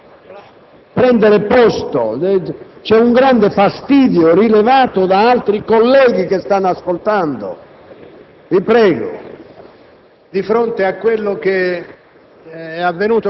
Vi prego di prendere posto. C'è un grande fastidio rilevato dai colleghi che stanno ascoltando. MATTEOLI